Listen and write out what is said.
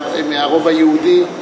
מהרוב היהודי,